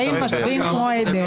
הם באים ומצביעים כמו עדר.